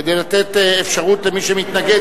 כדי לתת אפשרות למי שמתנגד,